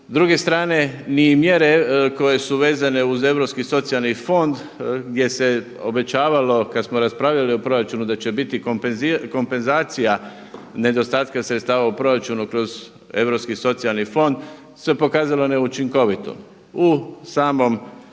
druge strane ni mjere koje su vezane uz Europski socijalni fond gdje se obećavalo kada smo raspravljali o proračunu da će biti kompenzacija nedostatka sredstava u proračunu kroz Europski socijalni fond se pokazalo neučinkovito. U samom